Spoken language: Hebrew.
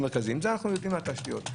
מרכזיים זה אנחנו יודעים על תשתיות,